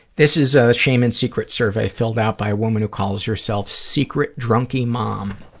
this is a shame and secret survey filled out by a woman who calls herself secret drunky mom.